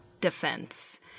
defense